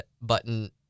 button